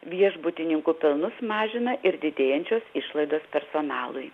viešbutininkų pelnus mažina ir didėjančios išlaidos personalui